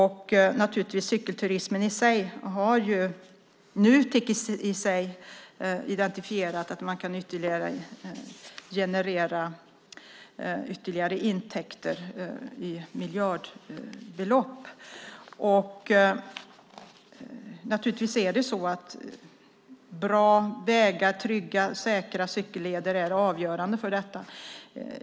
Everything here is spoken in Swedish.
Cykelturismen i sig har Nutek identifierat som något som kan generera ytterligare intäkter - det handlar då om miljardbelopp. Naturligtvis är bra vägar och trygga och säkra cykelleder avgörande för detta.